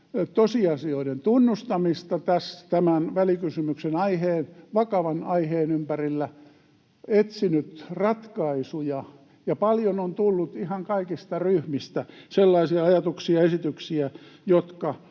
tosiasioiden tunnustamista tämän välikysymyksen aiheen, vakavan aiheen, ympärillä, etsinyt ratkaisuja, ja paljon on tullut ihan kaikista ryhmistä sellaisia ajatuksia, esityksiä, jotka